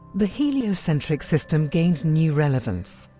the heliocentric system gained new relevance.